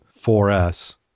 4S